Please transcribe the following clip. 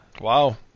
wow